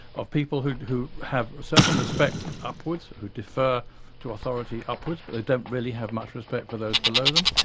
of people who who have certain respect upwards, who defer to authority upwards but they don't really have much respect for those below them.